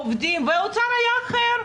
העובדים והאוצר היה אחר,